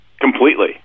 Completely